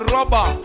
Rubber